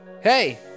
Hey